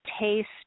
taste